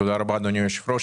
תודה רבה, אדוני היושב-ראש.